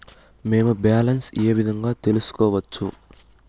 మేము బ్యాలెన్స్ ఏ విధంగా తెలుసుకోవచ్చు?